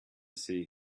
see